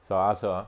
so I ask her ah